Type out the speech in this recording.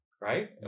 Right